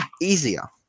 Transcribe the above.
easier